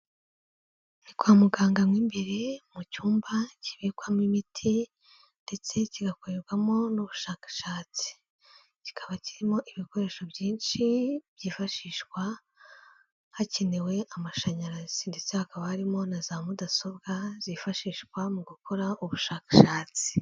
Ni kwa muganga mo imbere, mu cyumba kibikwamo imiti ndetse kigakorerwamo n'ubushakashatsi. Kikaba kirimo ibikoresho byinshi byifashishwa hakenewe amashanyarazi ndetse hakaba harimo na za mudasobwa zifashishwa mu gukora ubushakashatsi.